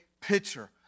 picture